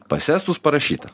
pas estus parašyta